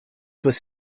was